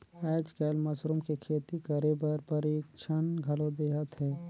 आयज कायल मसरूम के खेती करे बर परिक्छन घलो देहत हे